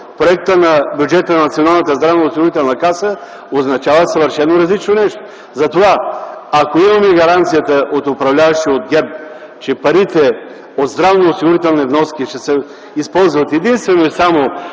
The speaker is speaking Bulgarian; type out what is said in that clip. проекта за бюджет на Националната здравноосигурителна каса, означава съвършено различно нещо. Ако имаме гаранцията от управляващите от ГЕРБ, че парите от здравноосигурителни вноски ще се използват единствено и само